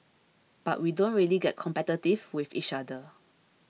but we don't really get competitive with each other